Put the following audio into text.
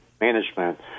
management